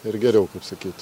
ir geriau sakyt